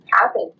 happen